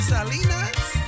Salinas